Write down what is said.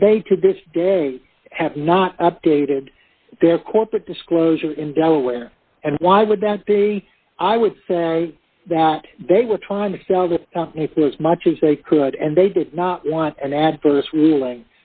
and they to this day have not updated their corporate disclosure in delaware and why would that be i would say that they were trying to sell the company for as much as they could and they did not want an adverse ruling